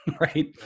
right